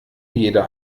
jeder